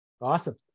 Awesome